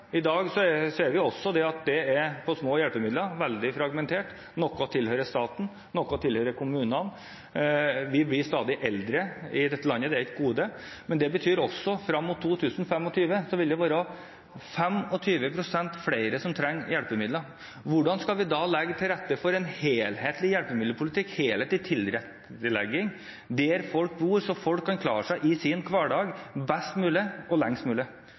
I dag ser vi at det er for få hjelpemidler, og at det er veldig fragmentert – noe tilhører staten, noe tilhører kommunene. Vi blir stadig eldre i dette landet, og det er et gode, men det betyr også at det frem mot 2025 vil være 25 pst. flere som trenger hjelpemidler. Hvordan skal vi da legge til rette for en helhetlig hjelpemiddelpolitikk, en helhetlig tilrettelegging der folk bor, så de kan klare seg best mulig og lengst mulig i sin hverdag?